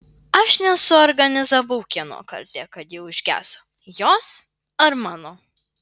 aš nesuorganizavau kieno kaltė kad ji užgeso jos ar mano